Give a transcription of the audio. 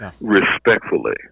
respectfully